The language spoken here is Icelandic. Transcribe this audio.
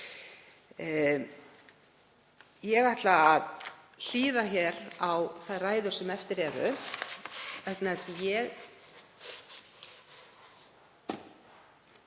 Ég ætla að hlýða á þær ræður sem eftir eru